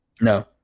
No